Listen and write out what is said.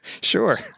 Sure